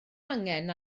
angen